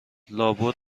لابد